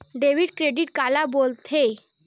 Debit credit काला बोल थे?